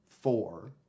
four